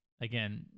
Again